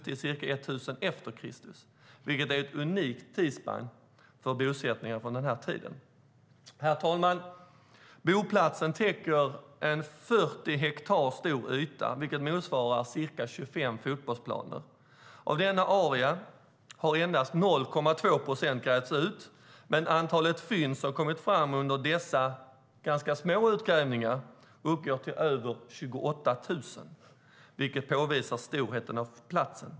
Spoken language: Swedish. till cirka år 1000 e.Kr., vilket är ett unikt tidsspann för bosättningar från den här tiden. Herr talman! Boplatsen täcker en 40 hektar stor yta, vilket motsvarar ca 25 fotbollsplaner. Av denna area har endast 0,2 procent grävts ut, men antalet fynd som kommit fram under dessa ganska små utgrävningar uppgår till över 28 000, vilket påvisar platsens storhet.